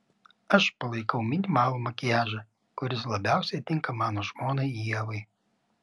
aš palaikau minimalų makiažą kuris labiausiai tinka mano žmonai ievai